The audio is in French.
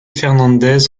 fernández